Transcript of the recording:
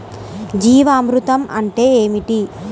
జీవామృతం అంటే ఏమిటి?